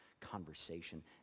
conversation